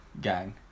gang